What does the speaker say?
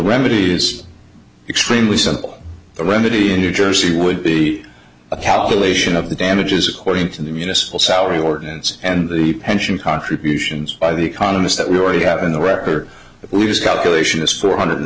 remedy is extremely simple the remedy in new jersey would be a calculation of the damages according to the municipal salary ordinance and the pension contributions by the economists that we already have in the record at least calculation is four hundred